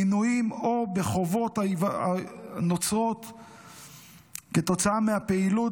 מינויים או בחובות הנוצרים כתוצאה מהפעילות,